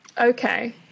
Okay